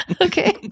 Okay